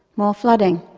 more flooding.